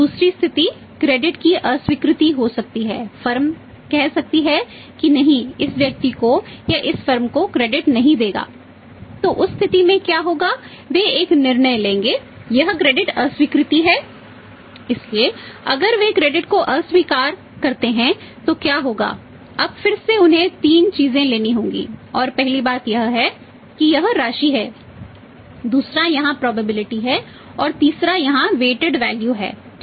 दूसरी स्थिति क्रेडिट है ठीक है